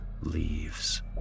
leaves